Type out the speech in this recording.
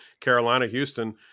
Carolina-Houston